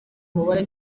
umubare